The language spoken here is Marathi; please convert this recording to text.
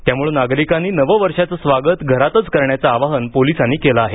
त्यामुळे नागरिकांनी नववर्षाचं स्वागत घरातच करण्याचं आवाहन पोलिसांनी केलं आहे